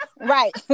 Right